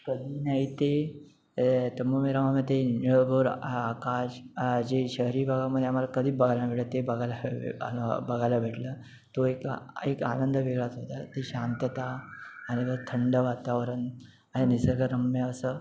कधी नाही ते तंबूमध्ये राहून आम्ही ते जे आकाश जे शहरी भागामध्ये आम्हाला कधीच बघायला मिळत नाही ते बगाय बघायला भेटलं तो एक एक आनंद वेगळाच होता ती शांतता आणि मग थंड वातावरण निसर्गरम्य असं